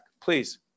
Please